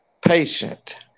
patient